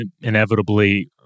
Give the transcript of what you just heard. inevitably